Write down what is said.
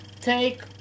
take